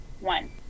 one